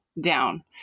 down